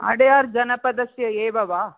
अडेयार् जनपदस्य एव वा